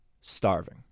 starving